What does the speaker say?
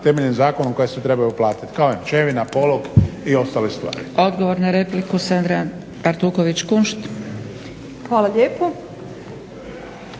temeljem zakona koja se trebaju uplatiti kao jamčevina, polog i ostale stvari.